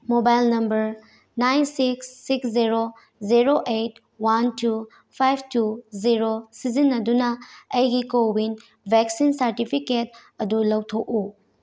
mobile number nine six six zero zero eight one two five two zero ꯁꯤꯖꯤꯟꯅꯗꯨꯅ ꯑꯩꯒꯤ CoWIN vaccine certificate ꯑꯗꯨ ꯂꯧꯊꯣꯛꯎ